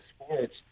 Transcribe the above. sports